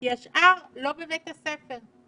כי השאר לא בבית הספר.